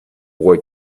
boy